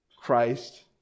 Christ